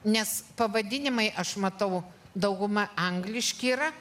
nes pavadinimai aš matau dauguma angliški yra